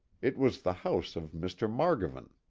it was the house of mr. margovan.